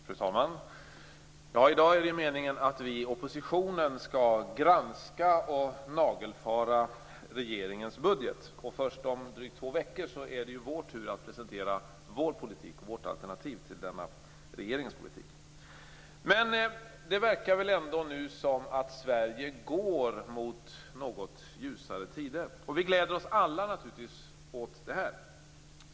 Fru talman! I dag är det meningen att vi i oppositionen skall granska och nagelfara regeringens budget. Först om drygt två veckor är det vår tur att presentera vår politik och vårt alternativ till regeringens politik. Det verkar nu som att Sverige går mot något ljusare tider. Vi gläder oss alla naturligtvis åt detta.